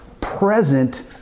present